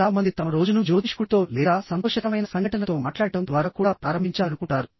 చాలా మంది తమ రోజును జ్యోతిష్కుడితో లేదా సంతోషకరమైన సంఘటనతో మాట్లాడటం ద్వారా కూడా ప్రారంభించాలనుకుంటారు